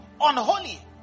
Unholy